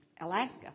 Alaska